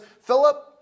Philip